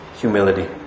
humility